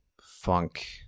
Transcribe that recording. funk